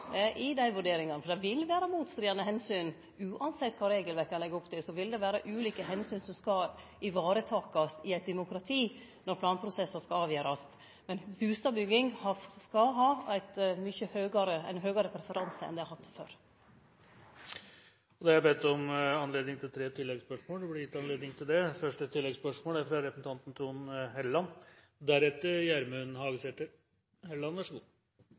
dei vurderingane, for det vil vere motstridande omsyn. Uansett kva regelverket legg opp til, vil det vere ulike omsyn som skal varetakast i eit demokrati når planprosessar skal avgjerast. Men bustadbygging skal ha ein høgare preferanse enn det har hatt før. Det er bedt om og gitt anledning til tre oppfølgingsspørsmål – først Trond Helleland. På Lierstranda i Lier er det planlagt en fjordby med opptil 20 000 nye innbyggere. Lier hadde sitt forslag til kommuneplan klart i 2009 – og så